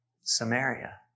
Samaria